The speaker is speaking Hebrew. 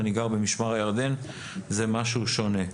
אני גר במשמר הירדן, זה משהו שונה.